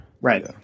Right